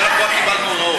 אמרו: אנחנו רק קיבלנו הוראות.